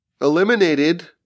eliminated